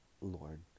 Lord